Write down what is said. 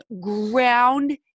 ground